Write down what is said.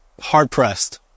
hard-pressed